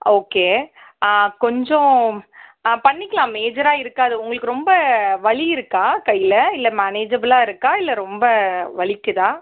okay கொஞ்சம் பண்ணிக்கலாம் மேஜராக இருக்காது உங்களுக்கு ரொம்ப வலி இருக்கா கையில் இல்லை மேனஜபுளாக இருக்கா இல்லை ரொம்ப வலிக்குதா